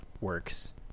works